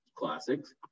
Classics